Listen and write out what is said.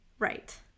Right